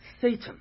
Satan